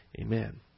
Amen